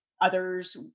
others